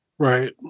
Right